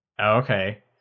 Okay